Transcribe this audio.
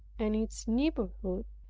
and its neighborhood,